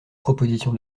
proposition